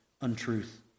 untruth